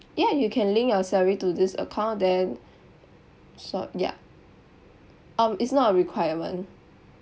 ya you can link your salary to this account then so~ ya um it's not a requirement